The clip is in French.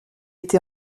été